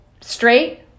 straight